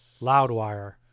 Loudwire